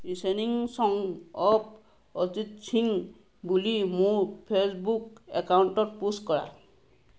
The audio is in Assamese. listening song of Arijit Singh বুলি মোৰ ফেইচবুক একাউণ্টত পোষ্ট কৰা